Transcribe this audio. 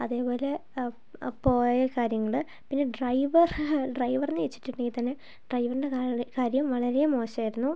അതേപോലെ പോയകാര്യങ്ങള് പിന്നെ ഡ്രൈവർ ഡ്രൈവർ എന്നുവെച്ചിട്ടുണ്ടെങ്കിൽ തന്നെ ഡ്രൈവറിൻ്റെ കാര്യം വളരെ മോശമായിരുന്നു